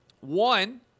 One